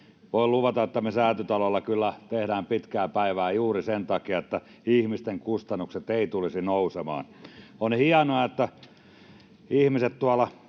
Voin luvata, että me Säätytalolla kyllä tehdään pitkää päivää juuri sen takia, että ihmisten kustannukset eivät tulisi nousemaan. [Veronika